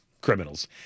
criminals